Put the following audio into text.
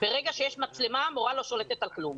ברגע שיש מצלמה, מורה לא שולטת על כלום,